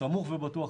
אני סמוך ובטוח,